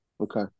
Okay